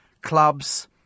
clubs